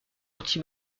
anti